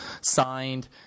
signed